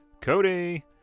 Cody